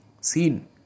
seen